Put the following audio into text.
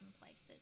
places